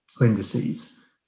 indices